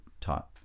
taught